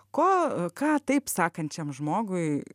ko ką taip sakančiam žmogui